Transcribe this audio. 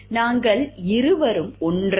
நாங்கள் இருவரும் ஒன்றாக